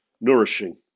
nourishing